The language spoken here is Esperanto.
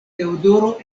teodoro